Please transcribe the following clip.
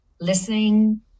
listening